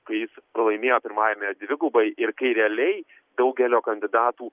kai jis laimėjo pirmajame dvigubai ir kai realiai daugelio kandidatų